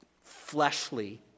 fleshly